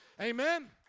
Amen